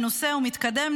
מנוסה ומתקדם,